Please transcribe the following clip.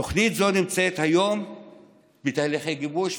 תוכנית זו נמצאת היום בתהליכי גיבוש,